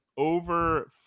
Over